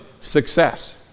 success